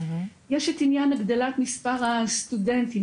יש את עניין הגדלת מספר הסטודנטים,